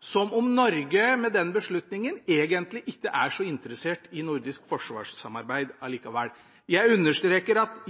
som om Norge med den beslutningen egentlig ikke er så interessert i nordisk forsvarssamarbeid allikevel. Jeg understreker at